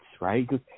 Right